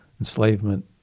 enslavement